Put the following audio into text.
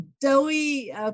doughy